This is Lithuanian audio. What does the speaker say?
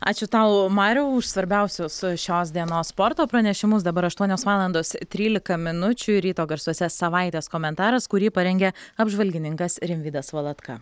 ačiū tau mariau už svarbiausius šios dienos sporto pranešimus dabar aštuonios valandos trylika minučių ryto garsuose savaitės komentaras kurį parengė apžvalgininkas rimvydas valatka